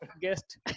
guest